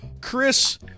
Chris